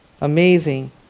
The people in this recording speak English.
Amazing